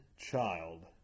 child